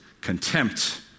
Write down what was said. contempt